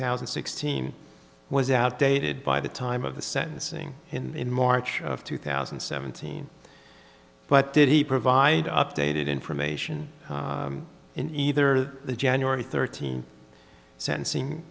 thousand and sixteen was outdated by the time of the sentencing in march of two thousand and seventeen but did he provide updated information in either the january thirteenth sentencing